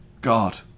God